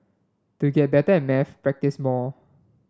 to get better at maths practise more